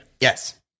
Yes